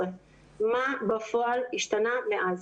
מה בפועל השתנה מאז.